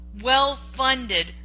well-funded